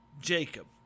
Jacob